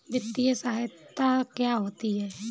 वित्तीय सहायता क्या होती है?